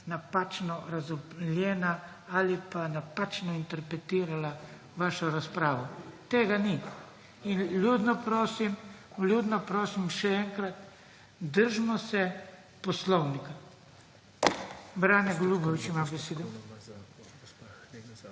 napačno razumljena ali pa napačno interpretirala vašo razpravo. Tega ni. In vljudno prosim še enkrat, držimo se poslovnika. Brane Golubović ima besedo.